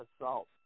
assault